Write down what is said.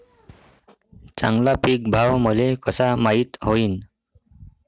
चांगला पीक भाव मले कसा माइत होईन?